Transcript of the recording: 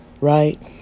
right